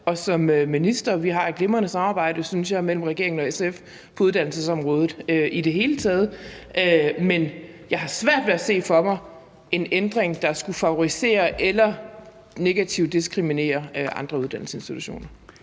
og som minister. Vi har et glimrende samarbejde, synes jeg, mellem regeringen og SF på uddannelsesområdet i det hele taget, men jeg har svært ved at se for mig en ændring, der skulle favorisere eller negativt diskriminere andre uddannelsesinstitutioner.